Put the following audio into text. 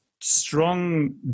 strong